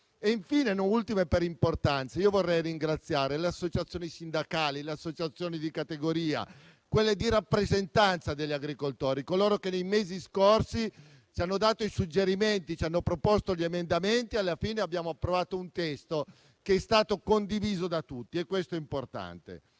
Infine, ultime, ma non per importanza, io vorrei ringraziare le associazioni sindacali, le associazioni di categoria, quelle di rappresentanza degli agricoltori, che, nei mesi scorsi, ci hanno dato i suggerimenti e ci hanno proposto gli emendamenti. Alla fine, abbiamo approvato un testo che è stato condiviso da tutti e questo è importante.